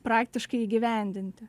praktiškai įgyvendinti